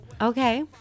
Okay